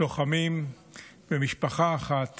לוחמים ומשפחה אחת